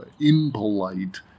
impolite